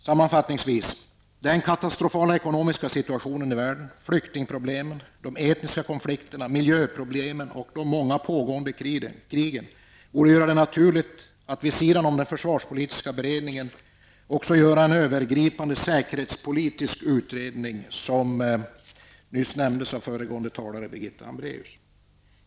Sammanfattningsvis: Den katastrofala ekonomiska situationen i världen, flyktingproblemen, de etniska konflikterna, miljöproblem samt de pågående krigen borde göra det naturligt att vid sidan av den försvarspolitiska beredningen också göra en övergripande säkerhetspolitisk utredning, som nyss nämndes av föregående talare, Birgitta Hambraeus.